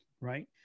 Right